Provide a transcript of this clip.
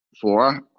Four